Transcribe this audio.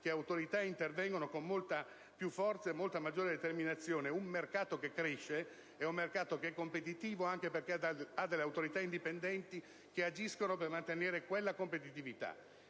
le Autorità intervengano con molta più forza e maggiore determinazione. Un mercato che cresce è competitivo anche perché ha Autorità indipendenti che agiscono per mantenere quella competitività.